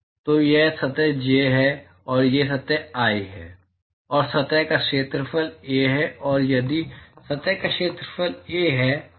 तो यह सतह j है और यह सतह i है और सतह का क्षेत्रफल A है और यदि सतह का क्षेत्रफल A है